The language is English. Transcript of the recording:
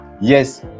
yes